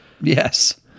Yes